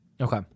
Okay